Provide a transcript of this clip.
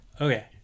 Okay